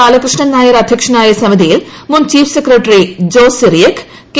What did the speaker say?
ബാലകൃഷ്ണൻ നായർ അദ്ധ്യക്ഷനായ സമിതിയിൽമുൻ chief secretary Jose Cyriac K